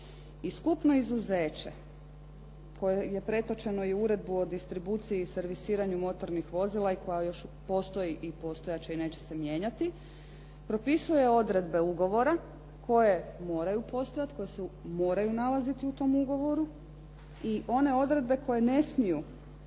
I skupno izuzeće koje je pretočeno i u Uredbu o distribuciji i servisiranju motornih vozila i koja još postoji i postojat će i neće se mijenjati, propisuje odredbe ugovora koje moraju postojati, koje se moraju nalaziti u tom ugovoru i one odredbe koje ne smiju